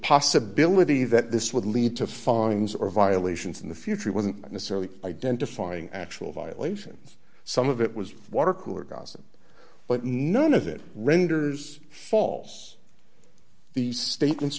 possibility that this would lead to fines or violations in the future it wasn't necessarily identifying actual violations some of it was water cooler gossip but none of it renders false these statements